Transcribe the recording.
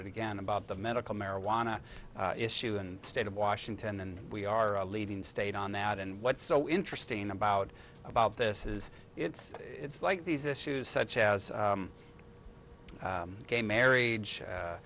it again about the medical marijuana issue and state of washington and we are a leading state on that and what's so interesting about about this is it's it's like these issues such as gay marriage